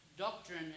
Doctrine